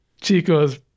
Chico's